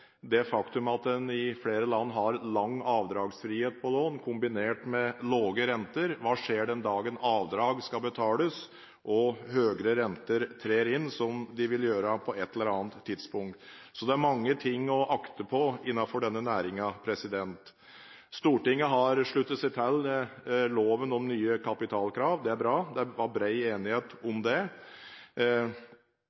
det faktum at en i flere land har lang avdragsfrihet på lån kombinert med lave renter. Hva skjer den dagen avdrag skal betales, og høyere renter trer inn, som de vil gjøre på ett eller annet tidspunkt? Det er mange ting å akte på innenfor denne næringen. Stortinget har sluttet seg til loven om nye kapitalkrav. Det er bra. Det var bred enighet